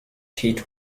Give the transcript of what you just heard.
hit